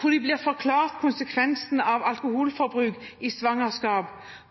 hvor de blir forklart konsekvensen av alkoholbruk under svangerskap,